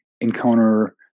encounter